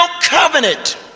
covenant